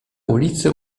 ulicy